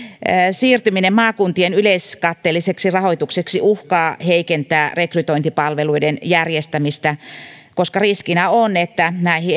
siirtyminen maakuntien yleiskatteelliseksi rahoitukseksi uhkaa heikentää rekrytointipalveluiden järjestämistä koska riskinä on että